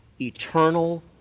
eternal